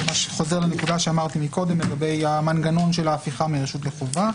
זה חוזר לנקודה שאמרתי מקודם לגבי המנגנון של ההפיכה מרשות לחובה.